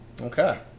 Okay